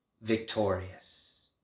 victorious